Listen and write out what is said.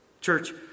Church